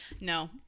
no